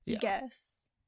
guess